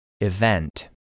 Event